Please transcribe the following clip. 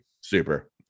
Super